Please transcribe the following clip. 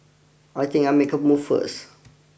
I think I'll make a move first